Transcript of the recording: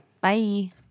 Bye